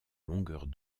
longueurs